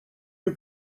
you